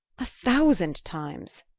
a thousand times!